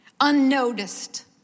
unnoticed